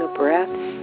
breaths